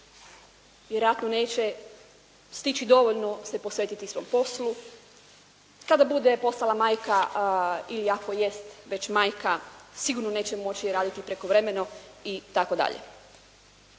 vjerojatno neće stići dovoljno se posvetiti svom poslu. Kada bude postala majka ili ako jest već majka sigurno neće moći raditi prekovremeno i tako dalje.